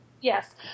Yes